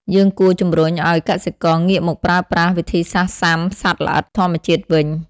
យើងគួរជំរុញឲ្យកសិករងាកមកប្រើប្រាស់វិធីសាស្ត្រស៊ាំសត្វល្អិតធម្មជាតិវិញ។